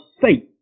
faith